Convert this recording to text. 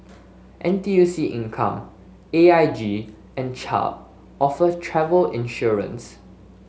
N T U C Income A I G and Chubb offer travel insurance